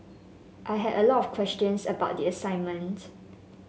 I had a lot of questions about the assignment